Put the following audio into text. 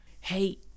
Hey